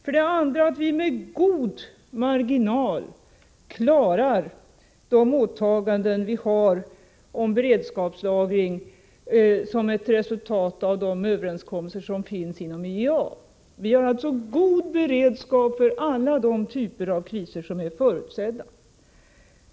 För det andra klarar vi med god marginal våra åtaganden i fråga om beredskapslagring såsom ett resultat av överenskommelserna inom IEA. Vi har alltså en god beredskap för alla de typer av kriser som är förutsedda.